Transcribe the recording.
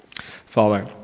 Father